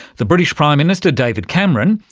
the british prime minister, david cameron,